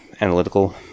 analytical